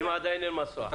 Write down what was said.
אם עדיין אין מסוע זה